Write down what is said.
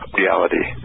reality